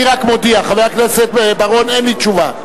אני רק מודיע, חבר הכנסת בר-און, אין לי תשובה.